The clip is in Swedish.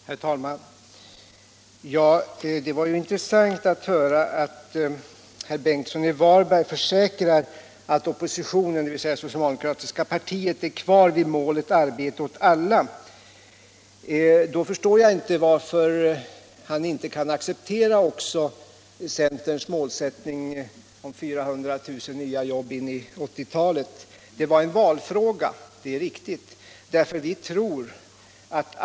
Herr talman! Det var ju intressant att höra herr Ingemund Bengtsson i Varberg försäkra att socialdemokratiska partiet står kvar vid målet arbete åt alla. Då förstår jag inte varför han inte kan acceptera också centerns målsättning om 400 000 nya jobb på 1980-talet. Det var en valfråga, sade herr Bengtsson. Det är riktigt.